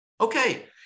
Okay